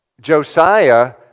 Josiah